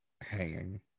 hanging